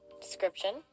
description